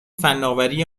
فناوری